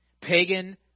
Pagan